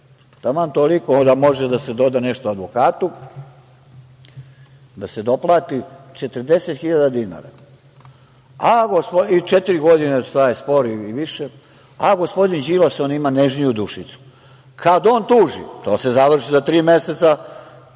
Taman toliko da može da se doda nešto advokatu, da se doplati. Četiri godine traje spor i više. A gospodin Đilas, on ima nežniju dušicu. Kad on tuži, to se završi za tri meseca,